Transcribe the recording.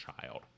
child